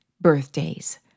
birthdays